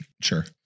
Sure